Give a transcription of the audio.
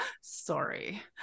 sorry